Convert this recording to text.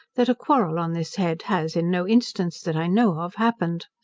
that a quarrel on this head has in no instance, that i know of, happened.